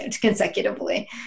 consecutively